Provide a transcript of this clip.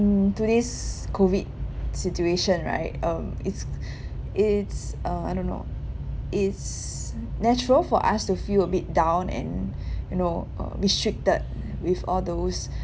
in today's COVID situation right um it's it's uh I don't know it's natural for us to feel a bit down and you know uh restricted with all those